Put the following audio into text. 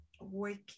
working